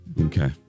Okay